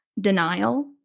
denial